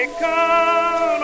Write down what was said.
come